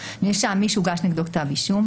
"נאשם" מי שהוגש נגדו כתב אישום,